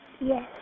Yes